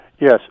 Yes